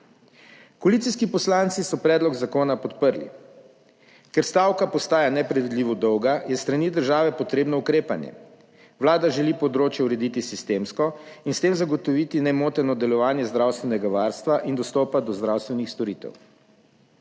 Koalicijski poslanci so predlog zakona podprli. Ker stavka postaja nepredvidljivo dolga, je s strani države potrebno ukrepanje. Vlada želi področje urediti sistemsko in s tem zagotoviti nemoteno delovanje zdravstvenega varstva in dostopa do zdravstvenih storitev.